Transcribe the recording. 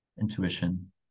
intuition